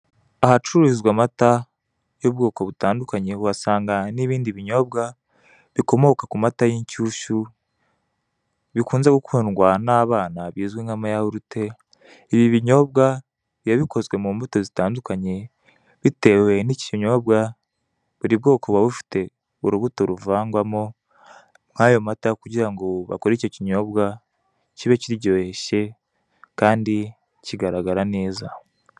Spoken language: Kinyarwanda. Ahacuririzwa amata y'ubwoko butandukanye uhasanga n'ibindi binyobwa bitandukanye bikomoka ku mata y'inshyushyu, bikunze gukundwa n'abana bizwi nkama yawurute. Ibi binyobwa biba bikozwe mumbuto zitandukanye bitewe n'ikinyobwa, buri bwoko buba bufite urubuto ruvangwamo nayo mata kugirango bakore icyo kinyobwa kibe kiryoshye kandi kigaragara neza.